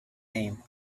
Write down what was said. name